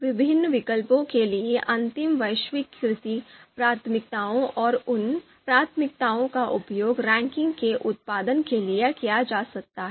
विभिन्न विकल्पों के लिए अंतिम वैश्विकीकृत प्राथमिकताओं और उन प्राथमिकताओं का उपयोग रैंकिंग के उत्पादन के लिए किया जा सकता है